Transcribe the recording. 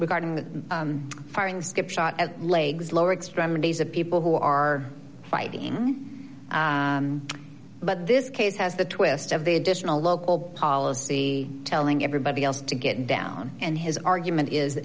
regarding the firing skip shot legs lower extremities of people who are fighting but this case has the twist of the additional local policy telling everybody else to get down and his argument is